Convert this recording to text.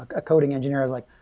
a coding engineer, like,